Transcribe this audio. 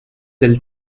del